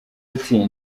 ati